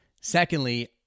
Secondly